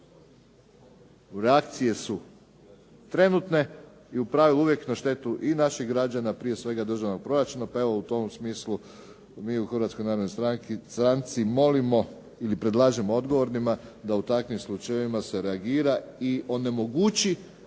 reakcije su trenutne i u pravilu uvijek na štetu i naših građana prije svega državnog proračuna. Pa evo u tom smislu mi u Hrvatskoj Narodnoj Stranci molimo ili predlažemo odgovornima da u takvim slučajevima se reagira i onemogući